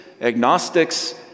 agnostics